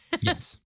Yes